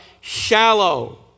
Shallow